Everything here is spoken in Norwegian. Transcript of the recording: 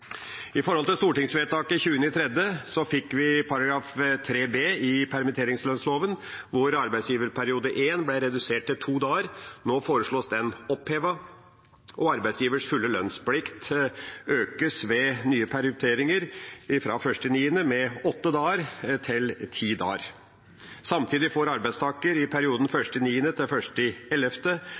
I stortingsvedtaket 20. mars fikk vi § 3 b i permitteringslønnsloven, hvor arbeidsgiverperiode I ble redusert til to dager. Nå foreslås den opphevet, og arbeidsgivers fulle lønnsplikt økes ved nye permitteringer fra 1. september med åtte dager, til ti dager. Samtidig får arbeidstaker i perioden 1. september–1. november 80 pst. dagpenger inntil 3G, 62,4 pst. dagpenger fra 3 til